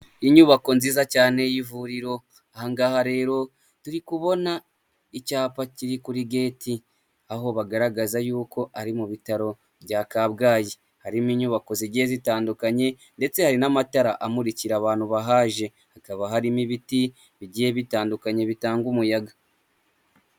Inyubako nziza cyane y'ivuriro, ahangaha rero turi kubona icyapa kiri kuri geti, aho bagaragaza yuko ari mu bitaro bya Kabgayi, harimo inyubako zigiye zitandukanye, ndetse hari n'amatara amurikira abantu bahaje, hakaba hari n'ibiti bigiye bitandukanye bitanga umuyaga.